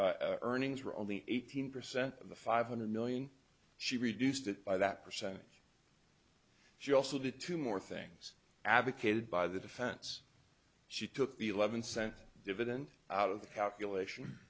for earnings were only eighteen percent of the five hundred million she reduced it by that percentage she also did two more things advocated by the defense she took the eleven cent dividend out of the calculation